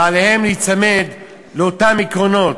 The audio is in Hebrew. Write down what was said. ועליהם להיצמד לאותם עקרונות.